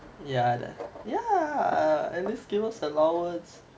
yeah yeah at least give us allowance